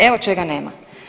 Evo čega nema.